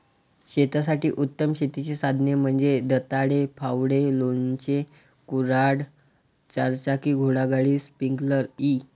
शेतासाठी उत्तम शेतीची साधने म्हणजे दंताळे, फावडे, लोणचे, कुऱ्हाड, चारचाकी घोडागाडी, स्प्रिंकलर इ